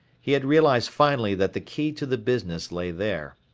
he had realized finally that the key to the business lay there.